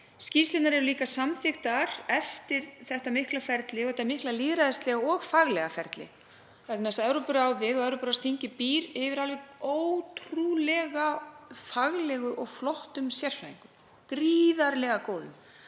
Skýrslurnar eru líka samþykktar eftir þetta mikla ferli, þetta mikla lýðræðislega og faglega ferli vegna þess að Evrópuráðið og Evrópuráðsþingið býr yfir alveg ótrúlega faglegum og flottum sérfræðingum, gríðarlega góðum.